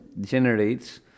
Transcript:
generates